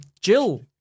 Jill